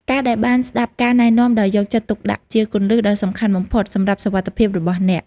ការដែលបានស្ដាប់ការណែនាំដោយយកចិត្តទុកដាក់ ជាគន្លឹះដ៏សំខាន់បំផុតសម្រាប់សុវត្ថិភាពរបស់អ្នក។